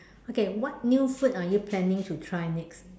okay what new food are you planning to try next